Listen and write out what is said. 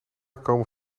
komen